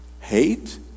Hate